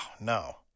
no